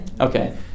Okay